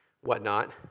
whatnot